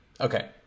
okay